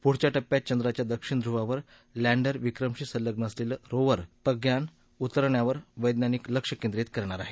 पुढच्या टप्प्यात चंद्राच्या दक्षिण ध्रुवावर लँडर विक्रमशी संलग्न असलेलं रोवर प्रज्ञान उतरवण्यावर वज्ञानिक लक्ष केंद्रीत करणार आहेत